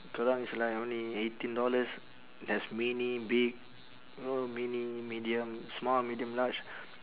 kerang is like only eighteen dollars there's mini big you know mini medium small medium large